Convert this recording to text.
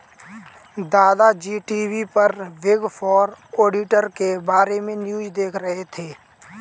दादा जी टी.वी पर बिग फोर ऑडिटर के बारे में न्यूज़ देख रहे थे